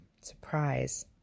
surprise